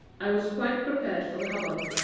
i was quite prepared for the hubbub.